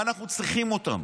מה אנחנו צריכים אותם?